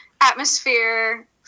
atmosphere